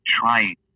trying